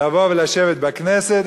לבוא ולשבת בכנסת,